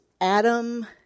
Adam